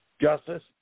justice